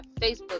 Facebook